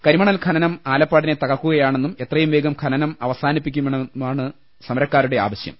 കരിമ ണൽ ഖനനം ആലപ്പാടിനെ തകർക്കുകയാണെന്നും എത്രയുംവേഗം ഖനനം അവസാനിപ്പിക്കണമെന്നുമാണ് സമരക്കാരുടെ ആവശ്യം